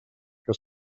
que